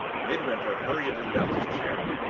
midwinter hurriedly left his chair,